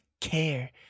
care